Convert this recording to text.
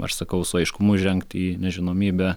aš sakau su aiškumu žengt į nežinomybę